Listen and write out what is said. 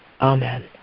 Amen